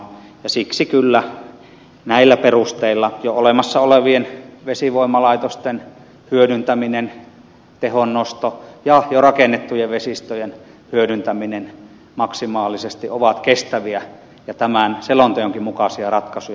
siksi kyllä näillä perusteilla jo olemassa olevien vesivoimalaitosten hyödyntäminen tehonnosto ja jo rakennettujen vesistöjen hyödyntäminen maksimaalisesti ovat kestäviä ja tämän selonteonkin mukaisia ratkaisuja